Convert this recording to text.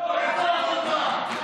על ראש הגנב בוער הכובע.